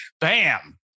Bam